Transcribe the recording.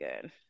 good